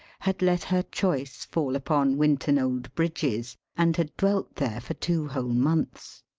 had let her choice fall upon winton-old-bridges and had dwelt there for two whole months.